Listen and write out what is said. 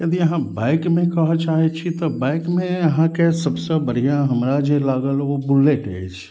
यदि अहाँ बाइकमे कहऽ चाहै छी तऽ बाइकमे अहाँके सबसँ बढ़िऑं हमरा जे लागल ओ बुलेट अछि